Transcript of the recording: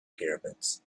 pyramids